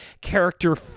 character